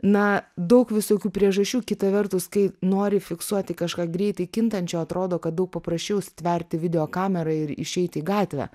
na daug visokių priežasčių kita vertus kai nori fiksuoti kažką greitai kintančio atrodo kad daug paprasčiau stverti video kamerą ir išeit į gatvę